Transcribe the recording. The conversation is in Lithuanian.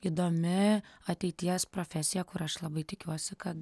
įdomi ateities profesija kur aš labai tikiuosi kad